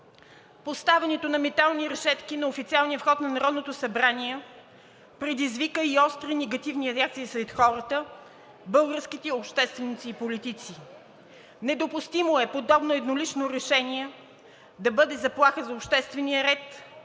Поставянето на метални решетки на официалния вход на Народното събрание предизвика и остри негативни реакции сред хората, българските общественици и политици. Недопустимо е подобно еднолично решение да бъде заплаха за обществения ред,